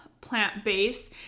plant-based